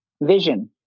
Vision